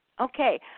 Okay